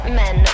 men